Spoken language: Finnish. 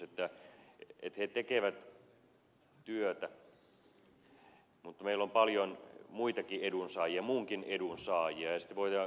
he tekevät työtä mutta meillä on paljon muitakin edunsaajia muunkin edun saajia